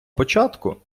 початку